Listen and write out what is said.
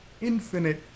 infinite